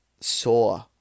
Saw